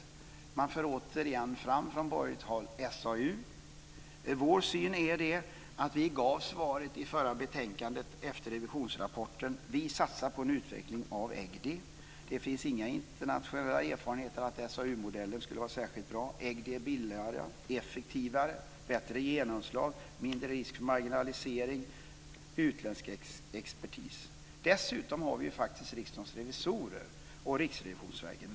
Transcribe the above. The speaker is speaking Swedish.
Från borgerligt håll för man återigen fram SAU. Vår syn är att vi gav svaret i det förra betänkandet efter revisionsrapporten. Vi satsar på en utveckling av EGDI. Det finns inga internationella erfarenheter av att SAU-modellen skulle vara särskilt bra. EGDI är billigare, effektivare och har bättre genomslag. Det är mindre risk för marginalisering, och man har utländsk expertis. Dessutom har vi ju faktiskt Riksdagens revisorer och Riksrevisionsverket.